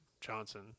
Johnson